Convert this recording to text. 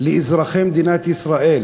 לאזרחי מדינת ישראל,